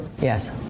Yes